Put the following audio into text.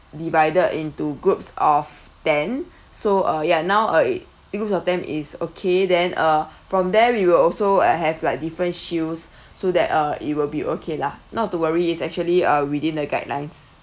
divided into groups of ten so uh ya now uh it in groups of ten is okay then uh from there we will also uh have like different shields so that uh it will be okay lah not to worry it's actually uh within the guidelines